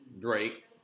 Drake